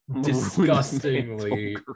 disgustingly